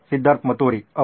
ಸಿದ್ಧಾರ್ಥ್ ಮತುರಿ ಹೌದು